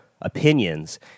opinions